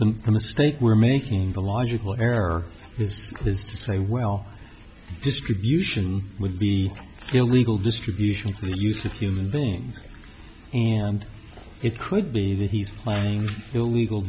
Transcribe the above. the mistake we're making the logical error is to say well distribution would be illegal distribution for the use of human beings and it could be that he's buying illegal